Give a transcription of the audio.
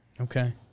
Okay